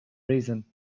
reason